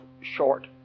short